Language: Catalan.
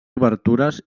obertures